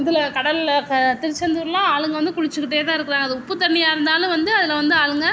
இதில் கடலில் திருச்செந்தூர்லாம் ஆளுங்க வந்து குளிச்சிக்கிட்டே தான் இருக்கிறாங்க அது உப்பு தண்ணியாக இருந்தாலும் வந்து அதில் வந்து ஆளுங்க